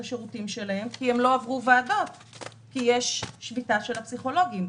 השירותים האלה בגלל השביתה של הפסיכולוגים.